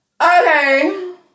Okay